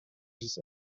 his